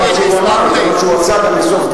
זה מה שהוא אמר, זה מה שהוא עשה גם בסוף דבריו.